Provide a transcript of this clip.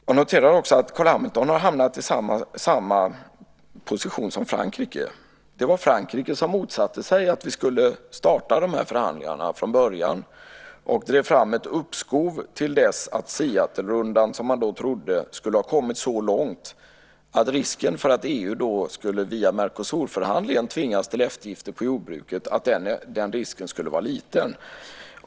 Jag noterar också att Carl Hamilton har hamnat i samma position som Frankrike. Det var Frankrike som motsatte sig att vi skulle starta de här förhandlingarna från början. De drev fram ett uppskov till dess att man trodde att Seattlerundan skulle ha kommit så långt att risken för att EU, via Mercosurförhandlingen, skulle tvingas till eftergifter på jordbruksområdet skulle vara liten.